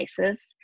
Devices